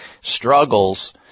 struggles